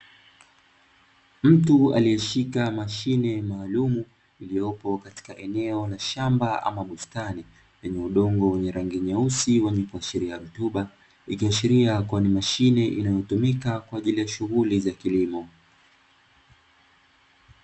Mtu alieshika mashine maalumu iliyopo katika eneo la shamba ama bustani yenye udongo wenye rangi nyeusi wenye kuashiria rutuba, ikiashiria kua ni mashine inayotumika kwa ajili ya shughuli za kilimo.